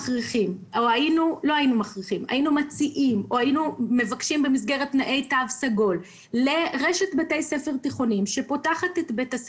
היינו מציעים במסגרת תנאי התו הסגול לרשת בתי ספר תיכוניים להתקין